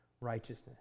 righteousness